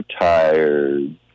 tired